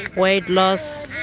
weight loss,